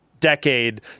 decade